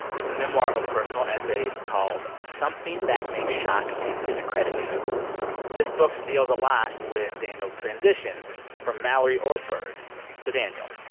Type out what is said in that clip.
it's a memoir of personal essays called something that may shock and discredit this book deals a lot with daniel's transition from mallory ortberg to daniel.